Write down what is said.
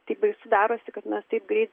tik baisu darosi kad mes taip greit